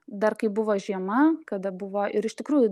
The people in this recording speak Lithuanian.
dar kai buvo žiema kada buvo ir iš tikrųjų